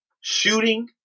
shooting